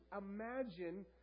imagine